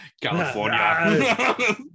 California